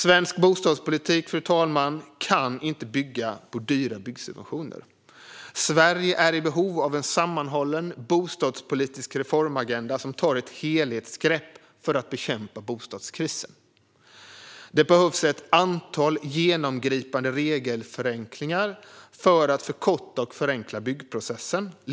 Svensk bostadspolitik kan inte bygga på dyra byggsubventioner. Sverige är i behov av en sammanhållen bostadspolitisk reformagenda som tar ett helhetsgrepp för att bekämpa bostadskrisen. Det behövs ett antal genomgripande regelförenklingar för att förkorta och förenkla byggprocessen.